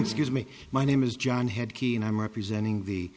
excuse me my name is john had key and i'm representing the